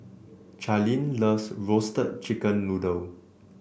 Charline loves Roasted Chicken Noodle